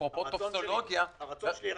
אפרופו טופסולוגיה --- הרצון שלי,